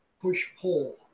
push-pull